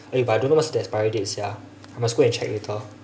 eh but I don't know what is the expiry date sia I must go and check later